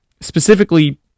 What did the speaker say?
specifically